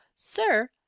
Sir